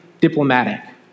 diplomatic